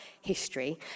history